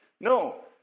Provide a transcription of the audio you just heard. No